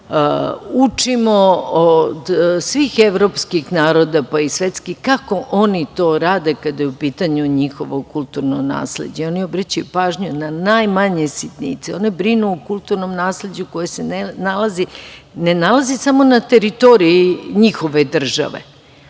učimo od svih evropskih naroda, pa i svetskih, kako oni to rade kad je u pitanju njihovo kulturno nasleđe. Oni obraćaju pažnju na najmanje sitnice. Oni brinu o kulturnom nasleđu koje se ne nalazi samo na teritoriji njihove države,